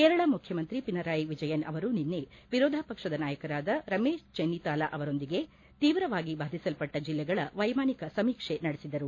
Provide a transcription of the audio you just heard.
ಕೇರಳ ಮುಖ್ಯಮಂತ್ರಿ ಪಿನರಾಯಿ ವಿಜಯನ್ ಅವರು ನಿನ್ನೆ ವಿರೋಧ ಪಕ್ಷದ ನಾಯಕರಾದ ರಮೇಶ್ ಚೆನ್ನಿತಾಲಾ ಅವರೊಂದಿಗೆ ತೀವ್ರವಾಗಿ ಬಾಧಿಸಲ್ಪಟ್ಟ ಜಿಲ್ಲೆಗಳ ವೈಮಾನಿಕ ಸಮೀಕ್ಷೆ ನಡೆಸಿದರು